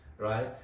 right